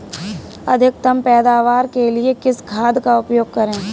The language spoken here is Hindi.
अधिकतम पैदावार के लिए किस खाद का उपयोग करें?